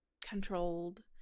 controlled